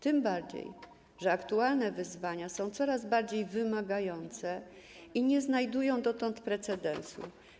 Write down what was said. Tym bardziej że aktualne wyzwania są coraz bardziej wymagające i nie znajdują dotąd precedensu.